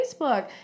Facebook